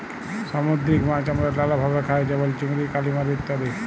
সামুদ্দিরিক মাছ আমরা লালাভাবে খাই যেমল চিংড়ি, কালিমারি ইত্যাদি